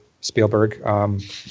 Spielberg